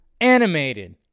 Animated